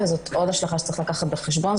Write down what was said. וזאת עוד השלכה שצריך לקחת בחשבון.